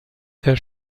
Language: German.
der